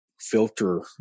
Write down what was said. filter